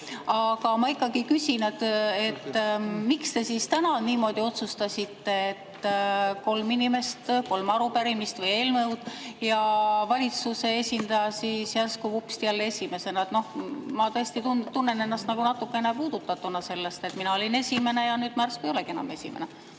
Aga ma ikkagi küsin. Miks te täna niimoodi otsustasite, et kolm inimest, kolm arupärimist või eelnõu, ja valitsuse esindaja vupsti jälle esimesena? Ma tõesti tunnen ennast nagu natukene puudutatuna sellest, et mina olin esimene, aga nüüd järsku ei olegi enam esimene.